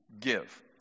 give